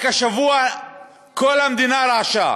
רק השבוע כל המדינה רעשה: